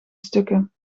stukken